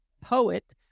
poet